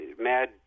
mad